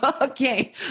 Okay